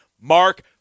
Mark